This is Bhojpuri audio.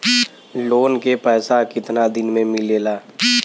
लोन के पैसा कितना दिन मे मिलेला?